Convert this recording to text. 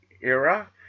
era